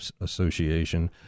association